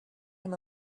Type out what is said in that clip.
him